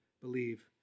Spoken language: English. believe